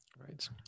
Right